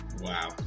wow